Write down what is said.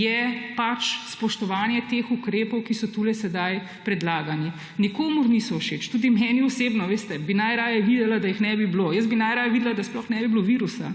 je pač spoštovanje teh ukrepov, ki so tu sedaj predlagani. Nikomur niso všeč, tudi meni osebno, a veste, bi najraje videla, da jih ne bi bilo. Jaz bi najraje videla, da sploh ne bi bilo virusa.